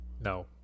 No